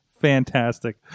Fantastic